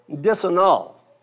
disannul